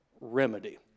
remedy